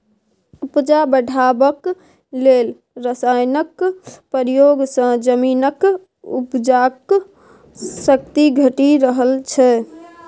उपजा बढ़ेबाक लेल रासायनक प्रयोग सँ जमीनक उपजाक शक्ति घटि रहल छै